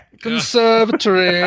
Conservatory